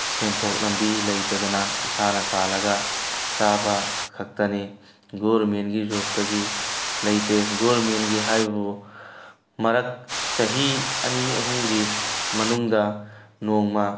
ꯁꯦꯟꯊꯣꯛ ꯂꯝꯕꯤ ꯂꯩꯇꯗꯅ ꯏꯁꯥꯅ ꯇꯥꯜꯂꯒ ꯆꯥꯕ ꯈꯛꯇꯅꯤ ꯒꯣꯔꯃꯦꯟꯒꯤ ꯖꯣꯞꯇꯒꯤ ꯂꯩꯇꯦ ꯒꯣꯔꯃꯦꯟꯒꯤ ꯍꯥꯏꯕꯕꯨ ꯃꯔꯛ ꯆꯍꯤ ꯑꯅꯤ ꯑꯍꯨꯝꯒꯤ ꯃꯅꯨꯡꯗ ꯅꯣꯡꯃ